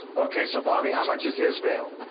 ok. so bobby, how much is his bail?